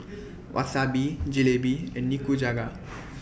Wasabi Jalebi and Nikujaga